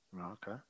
Okay